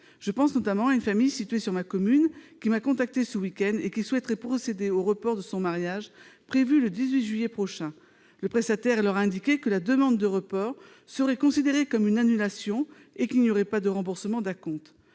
Je pense notamment à une famille de ma commune qui m'a contactée ce week-end : elle souhaiterait reporter un mariage, initialement prévu le 18 juillet prochain, mais le prestataire leur a indiqué qu'une demande de report serait considérée comme une annulation et qu'il n'y aurait pas de remboursement d'acompte.